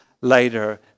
later